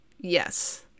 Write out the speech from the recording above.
Yes